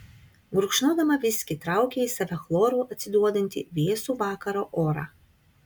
gurkšnodama viskį traukė į save chloru atsiduodantį vėsų vakaro orą